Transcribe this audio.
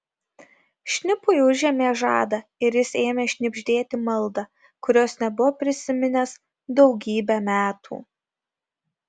šnipui užėmė žadą ir jis ėmė šnibždėti maldą kurios nebuvo prisiminęs daugybę metų